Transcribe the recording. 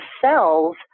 cells